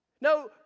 No